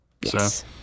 Yes